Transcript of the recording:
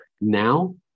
now